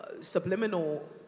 subliminal